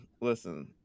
listen